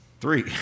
Three